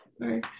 Sorry